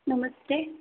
नमस्ते